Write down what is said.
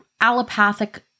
allopathic